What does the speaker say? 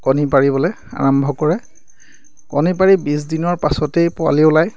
কণী পাৰিবলৈ আৰম্ভ কৰে কণী পাৰি বিছ দিনৰ পাছতেই পোৱালি ওলায়